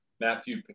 Matthew